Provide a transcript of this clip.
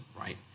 right